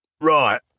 Right